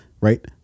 Right